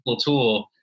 tool